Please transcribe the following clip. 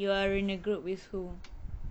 you are in a group with who